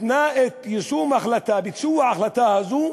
מתנה את יישום ההחלטה, ביצוע ההחלטה הזו,